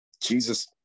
Jesus